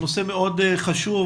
זה נושא מאוד חשוב,